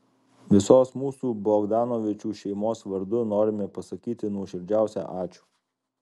visos mūsų bogdanovičių šeimos vardu norime pasakyti nuoširdžiausią ačiū